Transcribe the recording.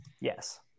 yes